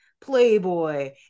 playboy